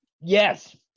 Yes